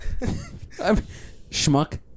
Schmuck